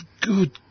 good